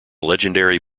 legendary